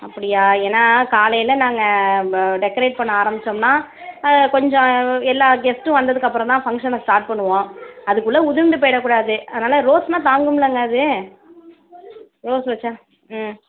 அப்படியா ஏன்னா காலையில் நாங்கள் டெக்கரேட் பண்ண ஆரம்பிச்சோம்னா கொஞ்சம் எல்லா கெஸ்ட்டும் வந்ததுக்கப்புறம் தான் ஃபங்க்ஷனை ஸ்டார்ட் பண்ணுவோம் அதுக்குள்ளே உதிர்ந்து போய்டக்கூடாது அதனால் ரோஸுனா தாங்கும்லங்க அது ரோஸ் வெச்சா ம்